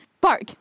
Bark